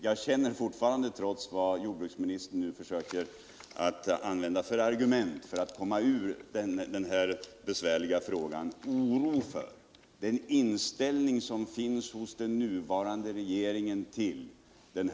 Jag känner fortfarande — trots de argument som jordbruksministern nu använder för att försöka komma ur den här besvärliga frågan — oro för den nuvarande regeringens inställning.